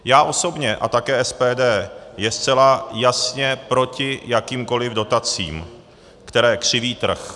Já osobně a také SPD jsme zcela jasně proti jakýmkoliv dotacím, které křiví trh.